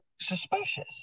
suspicious